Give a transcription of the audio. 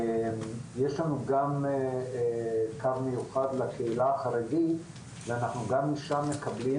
יש לנו גם קו מיוחד לקהילה החרדית ואנחנו גם משם מקבלים,